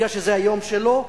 כי זה היום שלו.